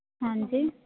ਹਾਂਜੀ